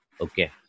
Okay